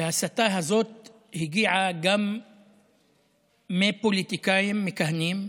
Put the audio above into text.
וההסתה הזאת הגיעה גם מפוליטיקאים מכהנים,